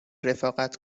رفاقت